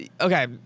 okay